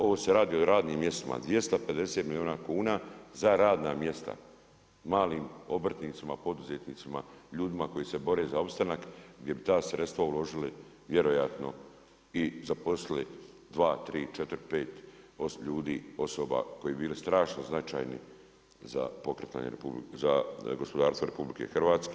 Ovo se radi o radnim mjestima, 250 milijuna kuna, za radna mjesta, malim obrtnicima, poduzetnicima, ljudima koji se bore za opstanak, gdje bi ta sredstava uložili vjerojatno i zaposlili, 2, 3, 4, 5 ljudi, osoba, koji bi bili strašno značajni za pokretanje gospodarstvo RH.